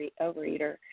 overeater